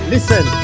Listen